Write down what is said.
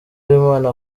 w’imana